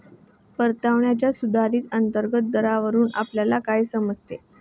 परताव्याच्या सुधारित अंतर्गत दरावरून आपल्याला काय समजते?